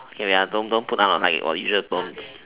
okay wait ah don't go put down or just don't